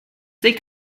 liegt